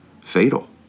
fatal